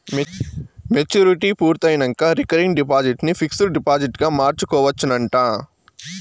maturity పూర్తయినంక recurring deposit ని fixed డిపాజిట్గ మార్చుకోవచ్చునంట